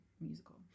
Musical